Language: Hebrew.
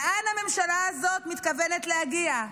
לאן הממשלה הזו מתכוונת להגיע?